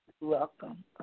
Welcome